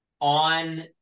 on